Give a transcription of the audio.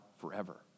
forever